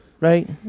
right